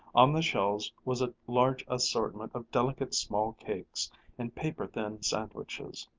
on the shelves was a large assortment of delicate, small cakes and paper-thin sandwiches.